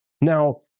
Now